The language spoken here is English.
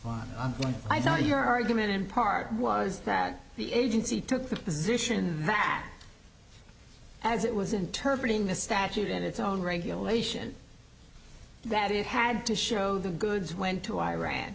record i thought your argument in part was that the agency took the position that as it was interpreted in the statute in its own regulation that it had to show the goods went to iran